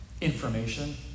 information